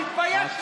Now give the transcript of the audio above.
תתבייש לך.